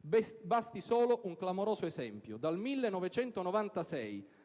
Basti solo un clamoroso esempio: dal 1996